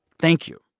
thank you